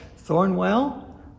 Thornwell